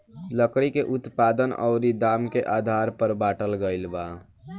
लकड़ी के उत्पादन अउरी दाम के आधार पर बाटल गईल बा